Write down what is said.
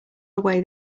away